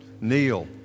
kneel